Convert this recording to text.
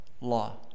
law